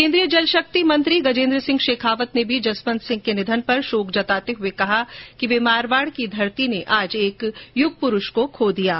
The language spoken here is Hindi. केन्द्रीय जल शक्ति मंत्री गजेन्द्र सिंह र्शेखावत ने भी जसवंत सिंह के निधन पर शोक जताते हुए कहा कि मारवाड़ की धरती ने युग पुरूष को खो दिया है